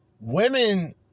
Women